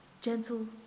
gentle